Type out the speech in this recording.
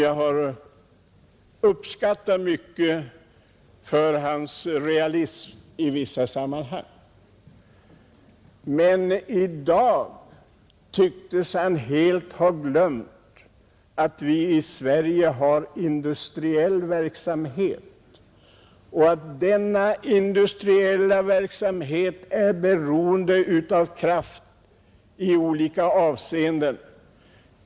Jag har uppskattat honom mycket för hans realism i vissa sammanhang, men i dag tycktes han helt ha glömt bort att vi i Sverige har industriell verksamhet och att den är beroende av elkraft.